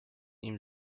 ihm